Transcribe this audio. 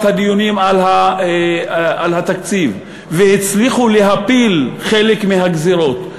הדיונים על התקציב והצליחו להפיל חלק מהגזירות.